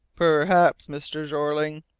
perhaps, mr. jeorling.